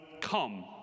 come